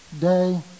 day